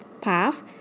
Path